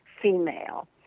female